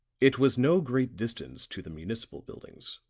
it was no great distance to the municipal buildings